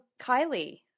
Kylie